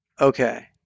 Okay